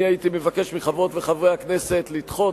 אני הייתי מבקש מחברות וחברי הכנסת לדחות